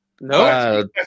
No